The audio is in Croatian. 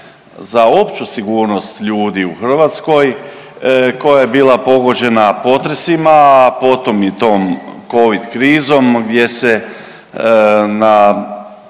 za opću sigurnost ljudi u Hrvatskoj koja je bila pogođena potresima, a potom i tom covid krizom gdje se na